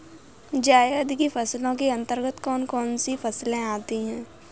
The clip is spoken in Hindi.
जायद की फसलों के अंतर्गत कौन कौन सी फसलें आती हैं?